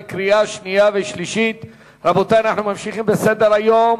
רבותי, אנחנו ממשיכים בסדר-היום.